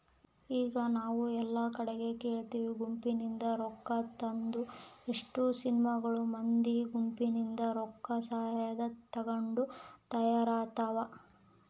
ಈಗ ನಾವು ಎಲ್ಲಾ ಕಡಿಗೆ ಕೇಳ್ತಿವಿ ಗುಂಪಿನಿಂದ ರೊಕ್ಕ ತಾಂಡು ಎಷ್ಟೊ ಸಿನಿಮಾಗಳು ಮಂದಿ ಗುಂಪಿನಿಂದ ರೊಕ್ಕದಸಹಾಯ ತಗೊಂಡು ತಯಾರಾತವ